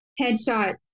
headshots